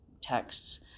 texts